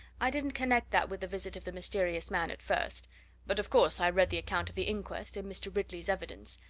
i didn't connect that with the visit of the mysterious man at first but of course i read the account of the inquest, and mr. ridley's evidence,